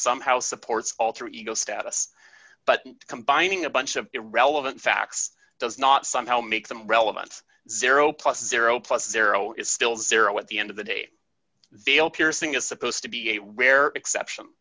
somehow supports alter ego status but combining a bunch of irrelevant facts does not somehow make them relevant zero plus zero plus zero is still zero at the end of the day vale piercing is supposed to be a rare exception